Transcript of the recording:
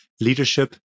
leadership